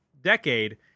decade